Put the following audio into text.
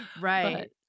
Right